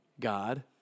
God